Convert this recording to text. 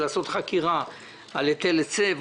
לעשות חקירה על היטל היצף.